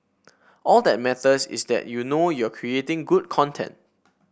all that matters is that you know you're creating good content